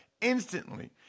instantly